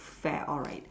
fair alright